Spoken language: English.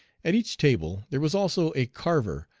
at each table there was also a carver,